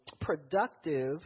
productive